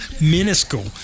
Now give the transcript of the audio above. minuscule